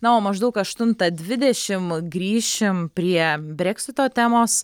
na o maždaug aštuntą dvidešim grįšim prie breksito temos